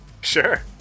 Sure